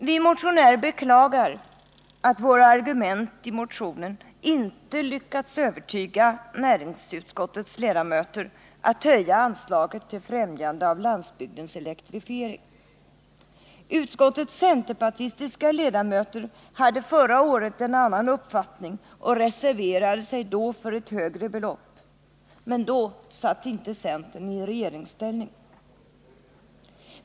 Vi motionärer beklagar att våra argument i motionen inte lyckats övertyga näringsutskottets ledamöter att höja anslaget till fträmjande av landsbygdens elektrifiering. Utskottets centerpartistiska ledamöter hade förra året en annan uppfattning och reserverade sig då för ett högre belopp. Men då satt inte centern i regeringsställning.